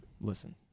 listen